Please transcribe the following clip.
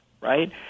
right